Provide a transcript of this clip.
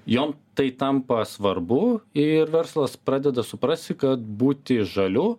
jom tai tampa svarbu ir verslas pradeda suprasti kad būti žaliu